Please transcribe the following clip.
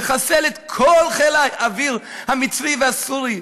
לחסל את כל חיל האוויר המצרי והסורי.